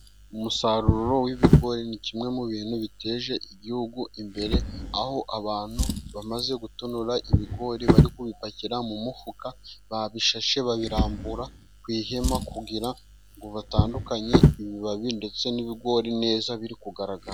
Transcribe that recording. Umusaruro w'ibigori ni kimwe mu bintu biteje igihugu imbere, aho abantu bamaze gutonora ibigori bari kubipakira mu mufuka, babishashe, babirambura ku ihema kugira ngo batandukanye, ibibabi ndetse n'ibigori neza biri kugaragara.